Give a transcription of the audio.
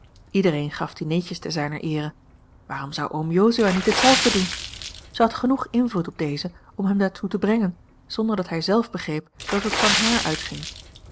iedereen gaf dineetjes te zijner eere waarom zou oom jozua niet hetzelfde doen zij had genoeg invloed op dezen om hem daartoe te brengen zonder dat hij zelf begreep dat het van haar uitging